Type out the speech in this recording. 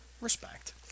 respect